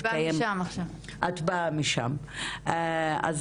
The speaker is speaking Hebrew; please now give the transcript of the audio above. אני באה משם עכשיו.